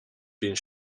being